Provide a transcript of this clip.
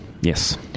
Yes